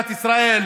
חבר הכנסת מלכיאלי,